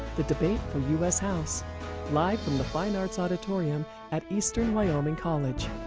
the debate for u s. house live from the fine arts auditorium at eastern wyoming college.